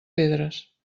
pedres